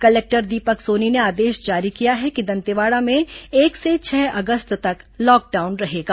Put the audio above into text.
collector Deepak Soni ने आदेश जारी किया है कि दंतेवाड़ा में एक से छह अगस्त तक लॉकडाउन रहेगा